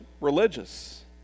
religious